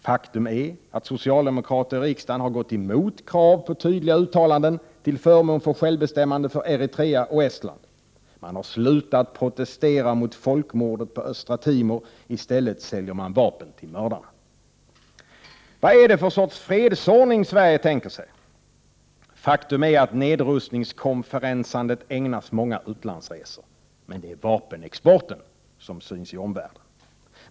Faktum är att socialdemokrater i riksdagen har gått emot krav på tydliga uttalanden till förmån för självbestämmande för Eritrea och Estland. Man har slutat protestera mot folkmordet på Östra Timor; i stället säljer man vapen till mördarna. Vad är det för sorts fredsordning Sverige tänker sig? Faktum är att nedrustningskonferensandet ägnas många utlandsresor, men det är vapenexporten som syns i omvärlden.